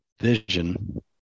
vision